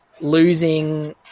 losing